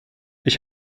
ich